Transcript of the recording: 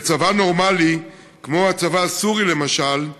בצבא נורמלי, כמו הצבא הסורי, למשל,